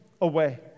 away